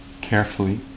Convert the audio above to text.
carefully